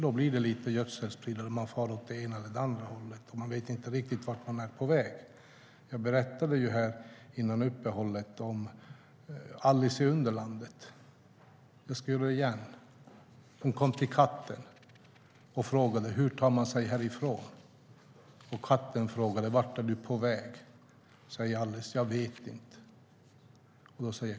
Då blir det bara lite gödselspridning där man far åt än det ena än det andra hållet och inte riktigt vet vart man är på väg. Jag berättade före uppehållet om Alice i Underlandet. Jag ska göra det igen. Hon kommer till katten och frågar: Hur tar man sig härifrån? Katten frågar: Vart är du på väg? Alice säger: Jag vet inte.